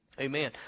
Amen